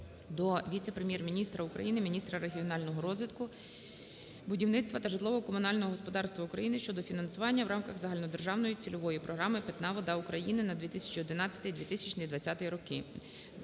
до віце-прем'єр-міністра України - міністра регіонального розвитку, будівництва та житлово-комунального господарства України щодо фінансування в рамках Загальнодержавної цільової програми "Питна вода України" на 2011-2020 роки